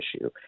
issue